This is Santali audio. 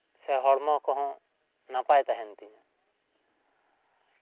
ᱥᱮ ᱦᱚᱲᱢᱚ ᱠᱚᱦᱚᱸ ᱱᱟᱯᱟᱭ ᱛᱟᱦᱮᱱ ᱛᱤᱧᱟᱹ